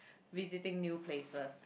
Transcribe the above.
visiting new places